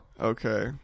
okay